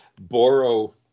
borrow